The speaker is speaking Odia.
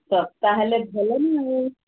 ଶସ୍ତା ହେଲେ